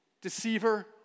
deceiver